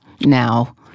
now